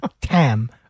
TAM